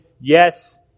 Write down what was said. Yes